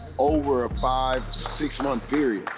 over a five, six-month period,